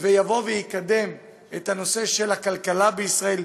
ויבוא ויקדם את הכלכלה בישראל,